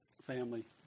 family